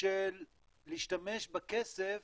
של להשתמש בכסף